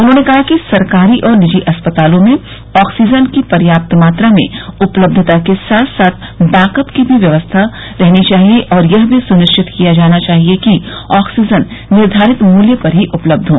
उन्होंने कहा कि सरकारी और निजी अस्पतालों में आक्सीजन की पर्याप्त मात्रा में उपलब्धता के साथ साथ बैकअप की व्यवस्था भी रहनी चाहिये और यह भी सुनिश्चित किया जाना चाहिये कि ऑक्सीजन निर्धारित मुल्य पर ही उपलब्ध हो